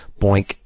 Boink